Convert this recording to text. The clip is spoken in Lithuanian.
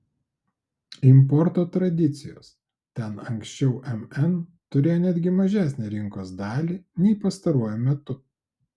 importo tradicijos ten anksčiau mn turėjo netgi mažesnę rinkos dalį nei pastaruoju metu